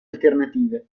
alternative